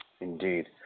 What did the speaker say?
Indeed